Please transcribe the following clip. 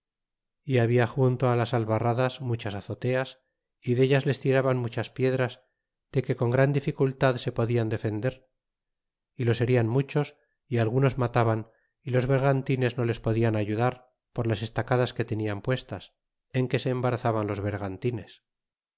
y habla junto las albarradas muchas azoteas y dellas les tiraban muchas piedras de que con gran dificultad se podian defender y los herian muchos y algunos mataban y los bergantines no les podían ayudar por las estacadas que tenian puestas en que se embarazaban los bergantines